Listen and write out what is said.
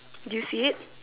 do you see it